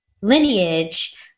lineage